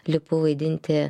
lipu vaidinti